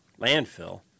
landfill